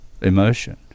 emotion